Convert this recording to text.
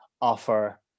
offer